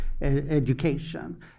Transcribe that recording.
education